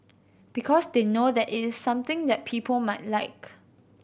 because they know that it's something that people might like